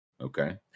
Okay